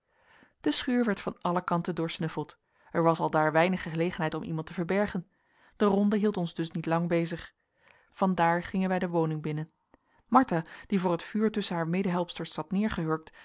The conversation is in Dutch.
de schuur werd van alle kanten doorsnuffeld er was aldaar weinig gelegenheid om iemand te verbergen de ronde hield ons dus niet lang bezig van daar gingen wij de woning binnen martha die voor het vuur tusschen haar medehelpsters zat